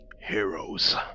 heroes